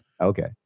Okay